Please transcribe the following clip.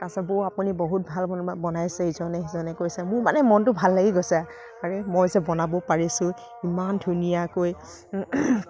তাৰ পাছত বৌ আপুনি বহুত ভাল বনাব বনাইছে ইজনে সিজনে কৈছে মোৰ মানে মনটো ভাল লাগি গৈছে আৰে মইযে বনাব পাৰিছোঁ ইমান ধুনীয়াকৈ